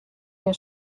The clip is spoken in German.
der